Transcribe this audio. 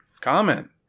Comment